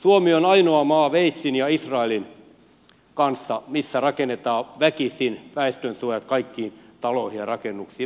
suomi on ainoa maa sveitsin ja israelin lisäksi jossa rakennetaan väkisin väestönsuojat kaikkiin taloihin ja rakennuksiin